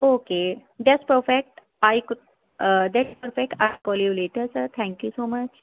okay just perfect I could just perfect I call you later sir thank you so much